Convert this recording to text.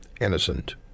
innocent